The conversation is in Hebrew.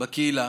בקהילה,